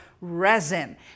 resin